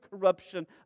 corruption